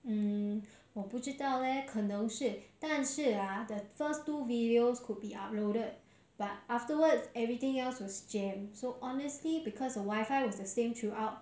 mm 我不知道 leh 可能是但是 ah the first two videos could be uploaded but afterwards everything else was jam so honestly because the wi-fi was the same throughout